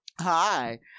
Hi